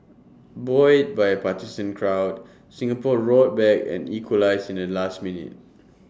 buoyed by A partisan crowd Singapore roared back and equalised in the last minute